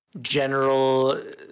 general